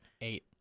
Eight